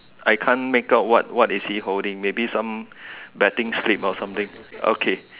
I can't make up what what is he holding maybe some betting stick or something okay